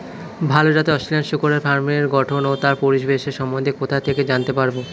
ভাল জাতের অস্ট্রেলিয়ান শূকরের ফার্মের গঠন ও তার পরিবেশের সম্বন্ধে কোথা থেকে জানতে পারবো?